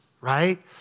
right